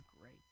great